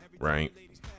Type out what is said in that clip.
right